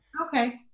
okay